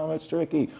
ah it's tricky,